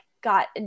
got